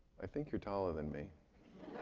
i think you're taller than me.